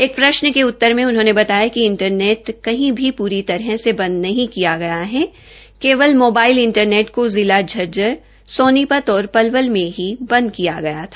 एक प्रशन के उत्तर में उन्होंने बताया कि इंटरनेट कही भी पूरी तरह से बंद नहीं किया गया है केवल मोबाइल इंटरनेट को जिला झज्जर सोनीपत और पलवल में ही बंद किया गया था